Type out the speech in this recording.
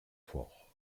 fort